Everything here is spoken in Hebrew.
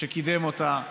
שקידם אותה,